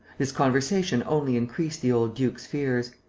this conversation only increased the old duke's fears.